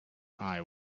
eye